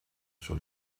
sur